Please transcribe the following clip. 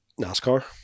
NASCAR